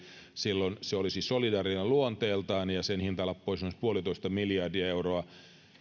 silloin se olisi solidaarinen luonteeltaan ja sen hintalappu olisi esimerkiksi puolitoista miljardia euroa